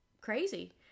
crazy